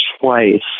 twice